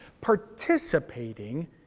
participating